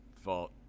fault